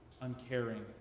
uncaring